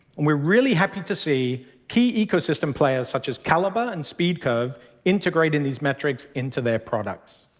and we're really happy to see key ecosystem players such as calibre and speedcurve integrating these metrics into their products.